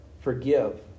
forgive